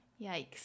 Yikes